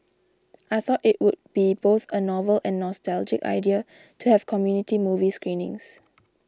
I thought it would be both a novel and nostalgic idea to have community movie screenings